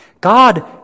God